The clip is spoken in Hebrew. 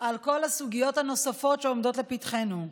על כל הסוגיות הנוספות שעומדות לפתחנו,